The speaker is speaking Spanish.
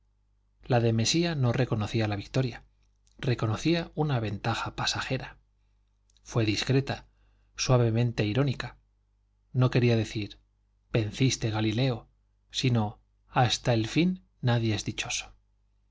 la de mesía no reconocía la victoria reconocía una ventaja pasajera fue discreta suavemente irónica no quería decir venciste galileo sino hasta el fin nadie es dichoso